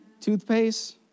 Toothpaste